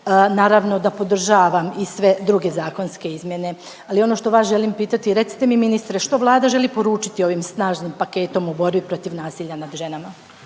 Naravno da podržavam i sve druge zakonske izmjene, ali ono što vas želim pitati recite mi ministre što Vlada želi poručiti ovim snažnim paketom u borbi protiv nasilja nad ženama?